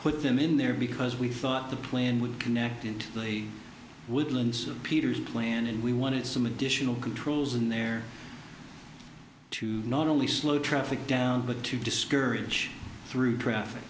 put them in there because we thought the plan would connect into the woodlands of peter's plan and we wanted some additional controls in there to not only slow traffic down but to discourage through traffic